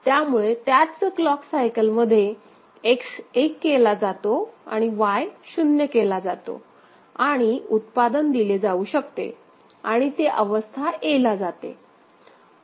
त्यामुळे त्याच clock cycle मध्ये X एक केला जातो आणि Y 0 केला जातो आणि उत्पादन दिले जाऊ शकते आणि ते अवस्था a ला जाते